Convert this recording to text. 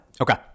Okay